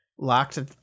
Locked